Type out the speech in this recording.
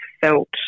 felt